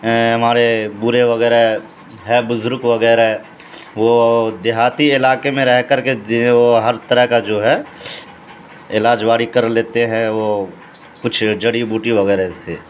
ہمارے برے وغیرہ ہے بزرگ وغیرہ وہ دیہاتی علاقے میں رہ کر کے وہ ہر طرح کا جو ہے علاج واڑی کر لیتے ہیں وہ کچھ جڑی بوٹی وغیرہ سے